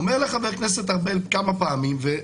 אומר לך חבר הכנסת ארבל כמה פעמים שתפרסמי,